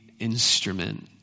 instrument